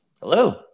Hello